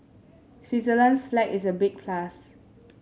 Switzerland's flag is a big plus